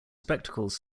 spectacles